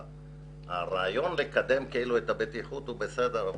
הרעיון לקדם כאילו את הבטיחות הוא בסדר,